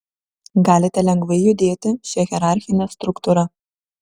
galite lengvai judėti šia hierarchine struktūra